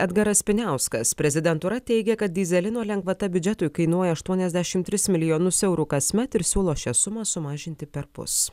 edgaras piniauskas prezidentūra teigia kad dyzelino lengvata biudžetui kainuoja aštuoniasdešimt tris milijonus eurų kasmet ir siūlo šią sumą sumažinti perpus